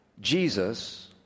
Jesus